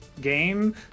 game